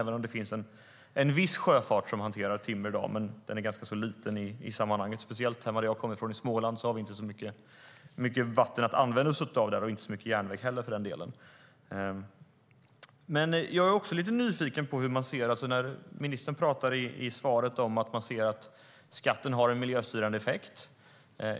Även om viss sjöfart hanterar timmer i dag är den ganska liten i sammanhanget, särskilt i Småland som jag kommer ifrån där vi inte har mycket vatten att använda oss av och inte mycket järnväg heller för den delen.I svaret talar ministern om att skatten har en miljöstyrande effekt.